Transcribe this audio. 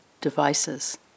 devices